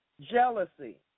jealousy